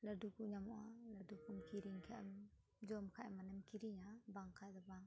ᱞᱟᱹᱰᱩ ᱠᱚ ᱧᱟᱢᱚᱜᱼᱟ ᱞᱟᱹᱰᱩ ᱠᱚᱢ ᱠᱤᱨᱤᱧ ᱠᱷᱟᱱᱮᱢ ᱡᱚᱢ ᱠᱷᱟᱱᱮᱢ ᱢᱟᱱᱮᱢ ᱠᱤᱨᱤᱧᱟ ᱵᱟᱝᱠᱷᱟᱱ ᱫᱚ ᱵᱟᱝ